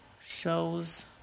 shows